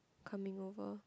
coming over